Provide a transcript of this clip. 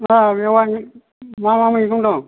औ बेवाइ मा मा मैगं दं